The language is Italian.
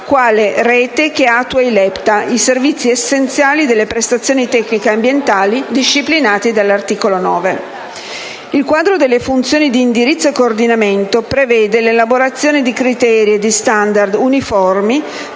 quale rete che attua i livelli essenziali delle prestazioni tecniche ambientali (LEPTA) disciplinati dall'articolo 9. Il quadro delle funzioni di indirizzo e coordinamento prevede l'elaborazione di criteri e *standard* uniformi